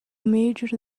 measure